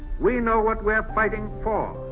we know what we're fighting for.